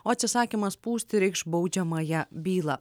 o atsisakymas pūsti reikš baudžiamąją bylą